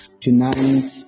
tonight